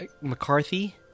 McCarthy